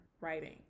writing